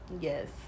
Yes